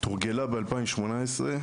תורגלה ב-2018.